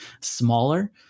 smaller